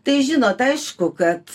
tai žinot aišku kad